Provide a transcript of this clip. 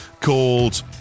called